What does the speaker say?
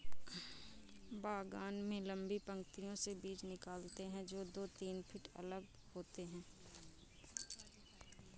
बागान में लंबी पंक्तियों से बीज निकालते है, जो दो तीन फीट अलग होते हैं